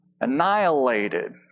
annihilated